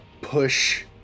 push